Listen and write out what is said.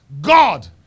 God